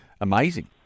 amazing